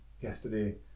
yesterday